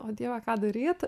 o dieve ką daryt